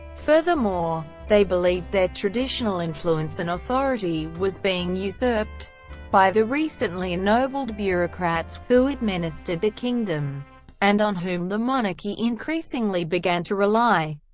furthermore, they believed their traditional influence and authority was being usurped by the recently ennobled bureaucrats, who administered the kingdom and on whom the monarchy increasingly began to rely.